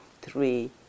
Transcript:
three